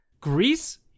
Greece